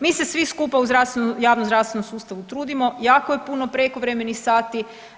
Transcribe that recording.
Mi se svi skupa u javnozdravstvenom sustavu trudimo, jako je puno prekovremenih sati.